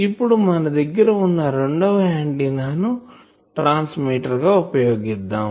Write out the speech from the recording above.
ఇప్పుడు మన దగ్గర వున్నా రెండవ ఆంటిన్నా ని ట్రాన్స్మిటర్ గా ఉపయోగిద్దాం